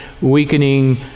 weakening